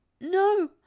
No